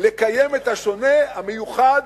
לקיים את השונה, את המיוחד,